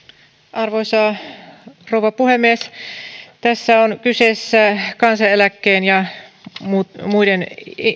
arvoisa rouva puhemies tässä on kyseessä kansaneläkkeen ja muiden